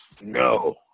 No